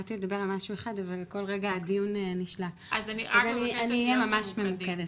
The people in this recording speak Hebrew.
באתי לדבר על משהו אחד אבל כל רגע הדיון --- אז אני אהיה ממש ממוקדת,